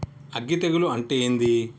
అగ్గి తెగులు అంటే ఏంది?